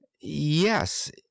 Yes